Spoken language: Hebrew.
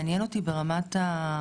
מעניין אותי ברמת המהות.